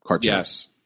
Yes